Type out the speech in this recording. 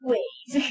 Wait